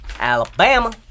Alabama